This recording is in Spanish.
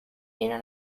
era